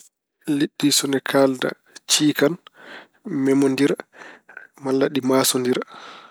Liɗɗi so ina kaalda ciikan, memondira malla, ɗi maasondira.